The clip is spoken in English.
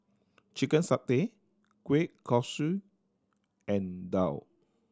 chicken satay kueh kosui and daal